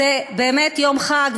זה באמת יום חג,